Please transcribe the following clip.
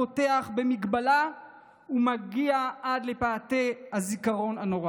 הפותח במגבלה ומגיע עד לפאתי הזיכרון הנורא.